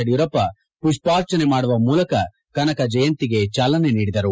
ಯಡಿಯೂರಪ್ಪ ಮಷ್ಪಾರ್ಚನೆ ಮಾಡುವ ಮೂಲಕ ಕನಕ ಜಯಂತಿಗೆ ಚಾಲನೆ ನೀಡಿದರು